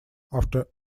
after